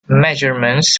measurements